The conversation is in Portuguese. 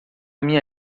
minha